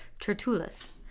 Tertullus